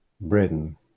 Britain